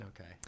Okay